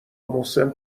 محسن